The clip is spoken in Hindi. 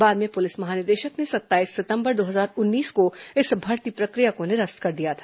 बाद में पुलिस महानिदेशक ने सत्ताईस सितंबर दो हजार उन्नीस को इस भर्ती प्रक्रिया को निरस्त कर दिया था